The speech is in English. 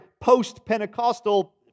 post-Pentecostal